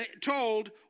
told